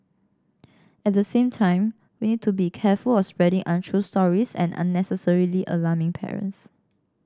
at the same time we need to be careful of spreading untrue stories and unnecessarily alarming parents